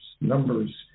numbers